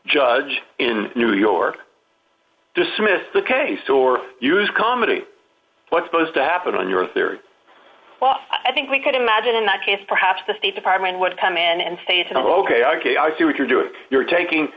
judge in new york dismiss the case or use comedy was supposed to happen on your theory i think we could imagine in that case perhaps the state department would come in and say it ok ok i see what you're doing you're taking